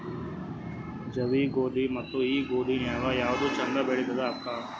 ಜವಿ ಗೋಧಿ ಮತ್ತ ಈ ಗೋಧಿ ನ್ಯಾಗ ಯಾವ್ದು ಛಂದ ಬೆಳಿತದ ಅಕ್ಕಾ?